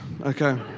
okay